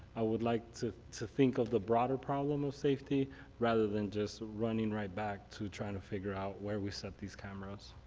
i would like to to think of the broader problem of safety rather than just running right back to trying to figure out where we set these cameras.